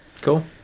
Cool